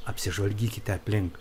apsižvalgykite aplink